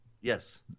Yes